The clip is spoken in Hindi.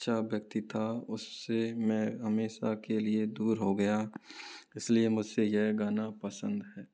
अच्छा व्यक्ति था उस से मैं हमेशा के लिए दूर हो गया इस लिए मुझे यह गाना पसंद है